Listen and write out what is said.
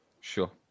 Sure